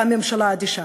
והממשלה אדישה?